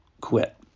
quit